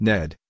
Ned